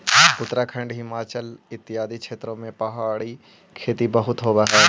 उत्तराखंड, हिमाचल इत्यादि क्षेत्रों में पहाड़ी खेती बहुत होवअ हई